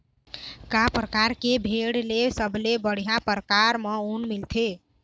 का परकार के भेड़ ले सबले बढ़िया परकार म ऊन मिलथे?